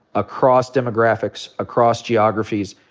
across demographics, across geographies.